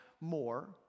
more